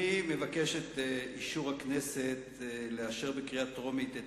אני מבקש מהכנסת לאשר בקריאה טרומית את